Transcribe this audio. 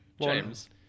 James